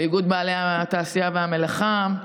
לאיגוד בעלי התעשייה והמלאכה,